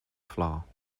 flaw